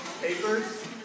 Papers